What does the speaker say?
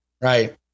Right